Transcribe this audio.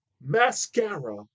mascara